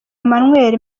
emmanuel